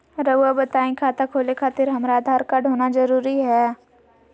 रउआ बताई खाता खोले खातिर हमरा आधार कार्ड होना जरूरी है?